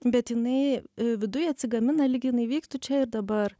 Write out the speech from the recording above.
bet jinai viduj atsigamina lyg jinai vyktų čia ir dabar